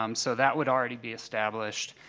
um so, that would already be established.